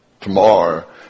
Tomorrow